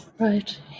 Right